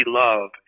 love